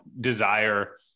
desire